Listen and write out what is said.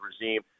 regime